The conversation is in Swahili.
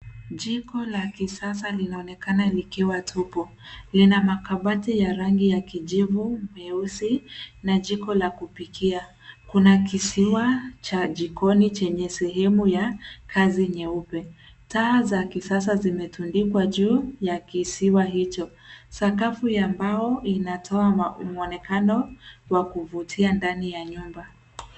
Jiko la kisasa linaonekana likiwa tupu. Lina makabati ya rangi ya kijivu, meusi na jiko la kupikia. Kuna kisiwa cha jikoni chenye sehemu ya kazi nyeupe. Taa za kisasa zimetundikwa juu ya kisiwa hicho. Sakafu ya mbao inatoa mwonekano wa kuvutia ndani ya nyumba.